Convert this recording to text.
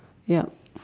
yup